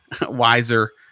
wiser